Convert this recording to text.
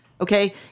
Okay